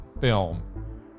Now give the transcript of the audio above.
film